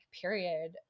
period